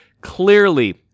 clearly